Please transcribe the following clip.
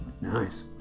Nice